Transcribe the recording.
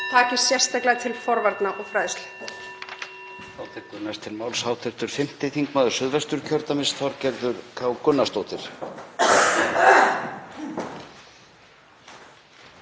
taki sérstaklega til forvarna og fræðslu.